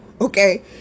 Okay